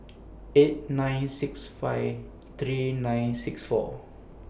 eight nine six five three nine six four